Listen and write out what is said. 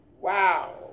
Wow